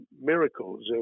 miracles